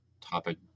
topic